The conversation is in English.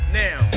now